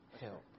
help